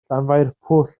llanfairpwll